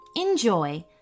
Enjoy